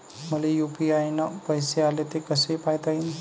मले यू.पी.आय न पैसे आले, ते कसे पायता येईन?